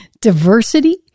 Diversity